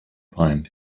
opined